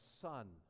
son